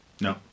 No